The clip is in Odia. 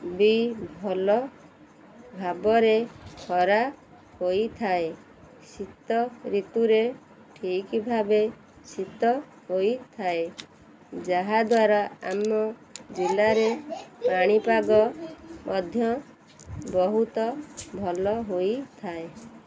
ବି ଭଲ ଭାବରେ ଖରା ହୋଇଥାଏ ଶୀତଋତୁରେ ଠିକ୍ ଭାବେ ଶୀତ ହୋଇଥାଏ ଯାହାଦ୍ୱାରା ଆମ ଜିଲ୍ଲାରେ ପାଣିପାଗ ମଧ୍ୟ ବହୁତ ଭଲ ହୋଇଥାଏ